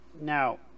Now